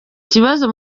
kibazo